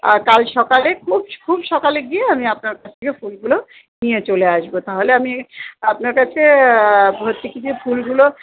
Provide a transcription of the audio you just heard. আর কাল সকালে খুব খুব সকালে গিয়ে আমি আপনার কাছ থেকে ফুলগুলো নিয়ে চলে আসবো তাহলে আমি আপনার কাছে হচ্ছে কি যে ফুলগুলো